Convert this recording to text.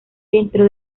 dentro